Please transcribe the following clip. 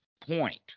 point